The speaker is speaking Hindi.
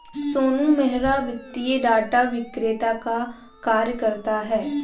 सोनू मेहरा वित्तीय डाटा विक्रेता का कार्य करता है